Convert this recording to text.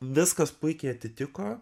viskas puikiai atitiko